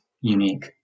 unique